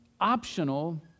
optional